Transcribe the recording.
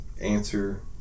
answer